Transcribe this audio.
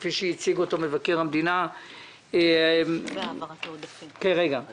וכפי שהציג אותו מבקר המדינה מתניהו אנגלמן,